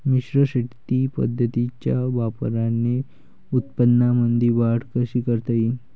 मिश्र शेती पद्धतीच्या वापराने उत्पन्नामंदी वाढ कशी करता येईन?